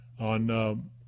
on –